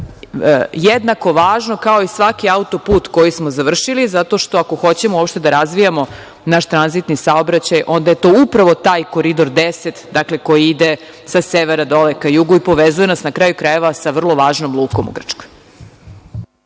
jednako važno kao i svaki auto-put koji smo završili zato što ako hoćemo uopšte da razvijamo naš tranzitni saobraćaj onda je to upravo taj Koridor 10, dakle, koji ide sa severa ka jugu i povezuje nas, na kraju krajeva, sa vrlo važnom lukom u Grčkoj.